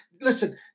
Listen